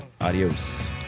Adios